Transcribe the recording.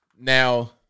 Now